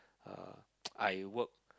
uh I work